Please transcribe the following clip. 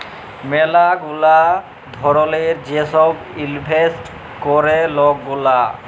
ম্যালা গুলা ধরলের যে ছব ইলভেস্ট ক্যরে লক গুলা